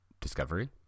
Discovery